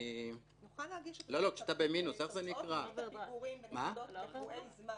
נוכל להגיש את תוצאות ריבית הפיגורים בנקודות קבועי זמן.